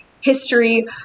history